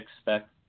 expect